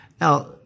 Now